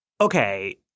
okay